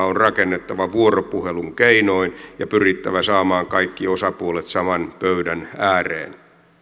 on rakennettava vuoropuhelun keinoin ja pyrittävä saamaan kaikki osapuolet saman pöydän ääreen